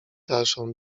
dalszą